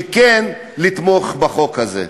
כן לתמוך בחוק הזה.